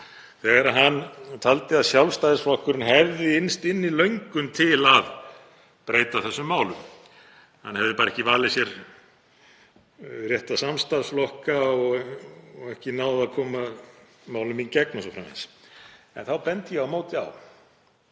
þegar hann taldi að Sjálfstæðisflokkurinn hefði innst inni löngun til að breyta þessum málum. Hann hefði bara ekki valið sér rétta samstarfsflokka og ekki náð að koma málum í gegn o.s.frv. En þá bendi ég á móti á